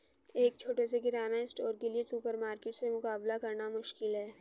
एक छोटे से किराना स्टोर के लिए सुपरमार्केट से मुकाबला करना मुश्किल है